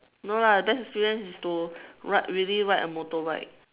no lah best experience is to ride really ride a motorbike